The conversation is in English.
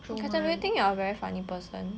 cause I think you are a very funny person